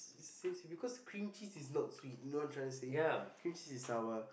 since because cream cheese is not sweet know what I'm tryna say cream cheese is sour